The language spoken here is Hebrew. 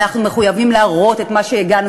אנחנו מחויבים להראות את מה שהגענו